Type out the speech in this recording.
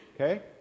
okay